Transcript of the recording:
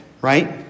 right